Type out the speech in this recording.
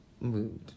mood